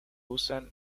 usan